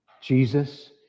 Jesus